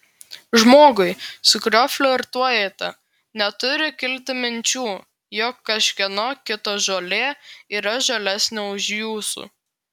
žmogui su kuriuo flirtuojate neturi kilti minčių jog kažkieno kito žolė yra žalesnė už jūsų